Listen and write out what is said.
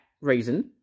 reason